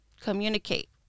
Communicate